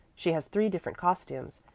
she has three different costumes,